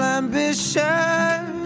ambition